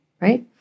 right